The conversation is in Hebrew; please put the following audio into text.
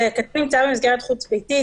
כשקטין נמצא במסגרת חוץ-ביתית,